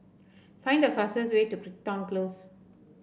find the fastest way to Crichton Close